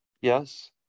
Yes